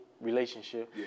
relationship